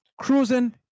Cruising